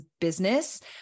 business